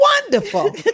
wonderful